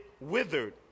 withered